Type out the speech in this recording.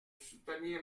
soutenir